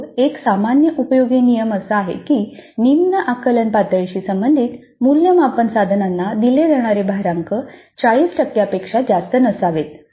परंतु एक सामान्य उपयोगी नियम असा आहे की निम्न आकलन पातळीशी संबंधित मूल्यमापन साधनांना दिले जाणारे भारांक 40 टक्क्यांपेक्षा जास्त नसावे